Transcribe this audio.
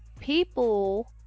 people